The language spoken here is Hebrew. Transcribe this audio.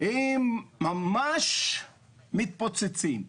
הם ממש מתפוצצים.